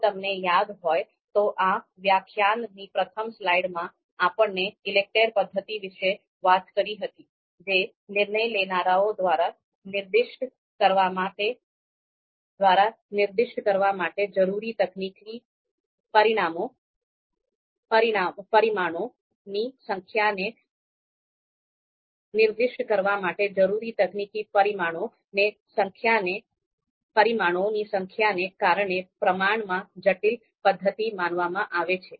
જો તમને યાદ હોય તો આ વ્યાખ્યાનની પ્રથમ સ્લાઇડમાં આપણે ઈલેકટેર પદ્ધતિ વિશે વાત કરી હતી જે નિર્ણય લેનારાઓ દ્વારા નિર્દિષ્ટ કરવા માટે જરૂરી તકનીકી પરિમાણોની સંખ્યાને કારણે પ્રમાણમાં જટિલ પદ્ધતિ માનવામાં આવે છે